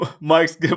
Mike's